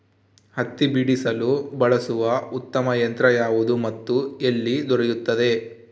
ಹತ್ತಿ ಬಿಡಿಸಲು ಬಳಸುವ ಉತ್ತಮ ಯಂತ್ರ ಯಾವುದು ಮತ್ತು ಎಲ್ಲಿ ದೊರೆಯುತ್ತದೆ?